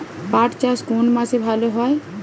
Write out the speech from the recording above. পাট চাষ কোন মাসে ভালো হয়?